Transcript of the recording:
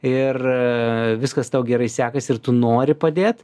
ir viskas tau gerai sekasi ir tu nori padėt